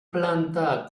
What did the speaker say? planta